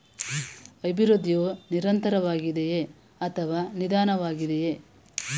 ಅಭಿವೃದ್ಧಿಯು ನಿರಂತರವಾಗಿದೆಯೇ ಅಥವಾ ನಿಧಾನವಾಗಿದೆಯೇ?